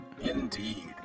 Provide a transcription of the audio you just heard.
indeed